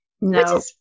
No